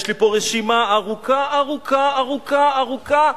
יש לי פה רשימה ארוכה ארוכה ארוכה ארוכה,